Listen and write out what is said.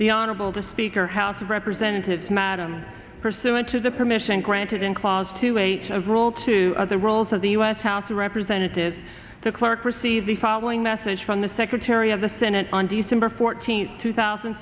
the honorable to speaker house of representatives madam pursuant to the permission granted in clause to a a rule to other roles of the u s house of representatives the clerk received the following message from the secretary of the senate on december fourteenth two thousand